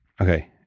Okay